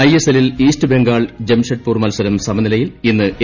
I S എല്ലിൽ East Bengal Jamshedpur മത്സരം സമനിലയിൽ ഇന്ന് എ